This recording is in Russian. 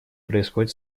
происходят